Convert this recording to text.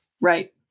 Right